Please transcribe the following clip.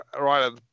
right